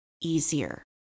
easier